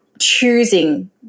choosing